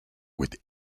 with